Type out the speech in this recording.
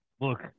look